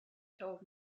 told